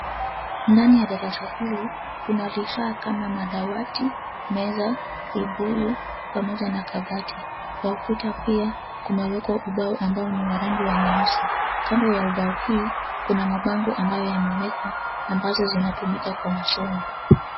Ndani ya darasa hili kuna vifaa kama madawati, meza, vibuyu pamoja na kabati. Kwa ukuta pia kumewekwa ubao ambao ni wa rangi ya nyeusi. Kando ya ubao hii kuna mabango ambayo yamewekwa ambazo zinatumika kwa masomo.